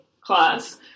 class